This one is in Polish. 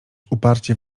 uparcie